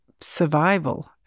survival